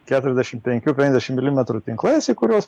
keturiasdešim penkių penkiasdešim milimetrų tinklaisį kuriuos